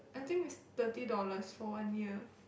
I think it's thirty dollars for one year